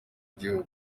igihugu